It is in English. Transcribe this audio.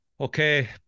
okay